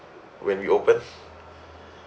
when we opened